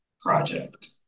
project